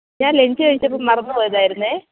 ഞാന് ലഞ്ച് കഴിച്ചപ്പം മറന്ന് പോയതായിരുന്നു